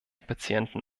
patienten